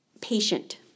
patient